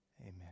Amen